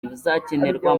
ibizakenerwa